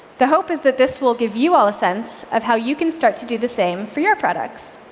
the hope is that this will give you all a sense of how you can start to do the same for your products.